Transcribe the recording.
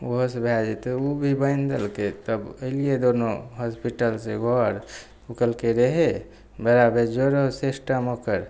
ओहोसे भै जेतै ओ भी बान्हि देलकै तब अएलिए दुनू हॉसपिटलसे घर ओ कहलकै रे हे बड़ा बेजोड़ रहौ सिस्टम ओकर